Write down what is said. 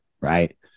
right